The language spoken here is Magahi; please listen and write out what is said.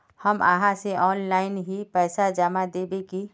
हम आहाँ के ऑनलाइन ही पैसा जमा देब की?